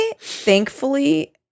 thankfully